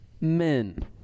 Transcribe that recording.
Men